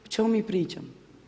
O čemu mi pričamo?